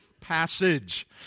Passage